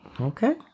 Okay